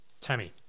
Tammy